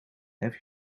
have